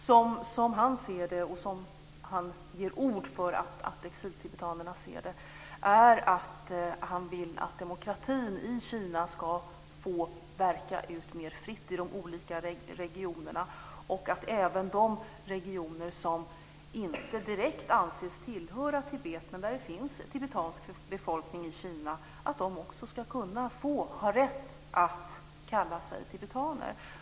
Som han ser det, och som han ger ord för att exiltibetanerna ser det, vill han att demokratin i Kina ska få verka mer fritt i de olika regionerna och att även de regioner som inte direkt anses tillhöra Tibet, men där det finns tibetansk befolkning i Kina, också ska få rätt att kalla sig tibetaner.